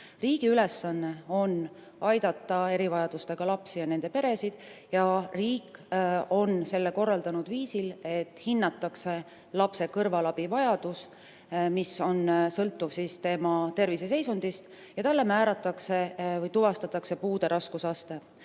Riigi ülesanne on aidata erivajadustega lapsi ja nende peresid. Riik on selle korraldanud viisil, et hinnatakse lapse kõrvalabivajadust, mis on sõltuv tema terviseseisundist, ja talle määratakse või tal tuvastatakse puude raskusaste.